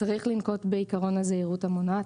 צריך לנקוט בעיקרון הזהירות המונעת.